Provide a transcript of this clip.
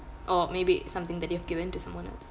or maybe something that you have given to someone else